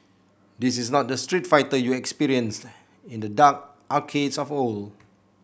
this is not the Street Fighter you experienced in the dark arcades of old